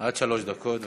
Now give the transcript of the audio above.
עד שלוש דקות לרשותך.